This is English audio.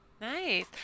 nice